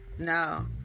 No